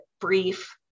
brief